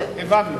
הבנו.